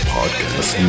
Podcast